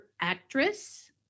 actress